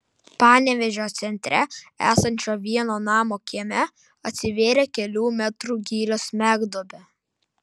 panevėžio centre esančio vieno namo kieme atsivėrė kelių metrų gylio smegduobė